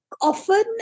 often